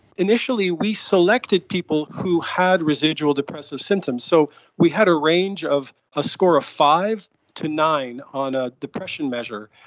initially we selected people who had residual depressive symptoms, so we had a range of a score of five to nine on a depression measure.